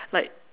like